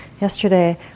yesterday